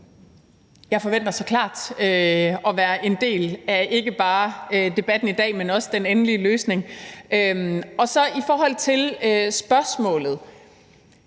Jeg forventer så klart at være en del af ikke bare debatten i dag, men også den endelige løsning. Så i forhold til spørgsmålet